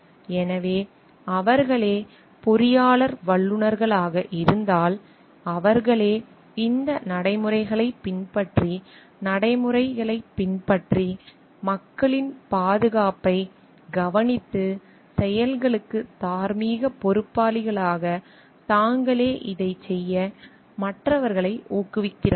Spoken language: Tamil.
எனவே அவர்களே பொறியாளர் வல்லுநர்களாக இருந்தால் அவர்களே இந்த நடைமுறைகளைப் பின்பற்றி நடைமுறை நடைமுறைகளைப் பின்பற்றி மக்களின் பாதுகாப்பைக் கவனித்து செயல்களுக்கு தார்மீகப் பொறுப்பாளிகளாகத் தாங்களே இதைச் செய்ய மற்றவர்களை ஊக்குவிக்கிறார்கள்